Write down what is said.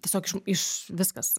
tiesiog iš viskas